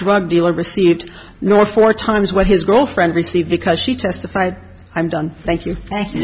drug dealer received nor four times what his girlfriend received because she testified i'm done thank you thank you